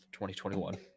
2021